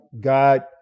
God